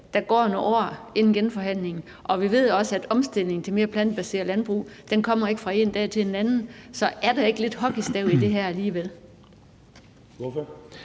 der går nogle år inden genforhandlingen. Og vi ved også, at omstillingen til et mere plantebaseret landbrug ikke kommer fra den ene dag til den anden. Så er der ikke lidt hockeystav i det her alligevel? Kl.